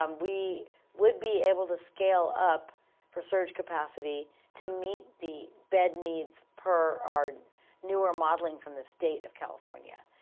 um we would be able to scale up for surge capacity to meet the bed needs per our newer modeling from the state of california.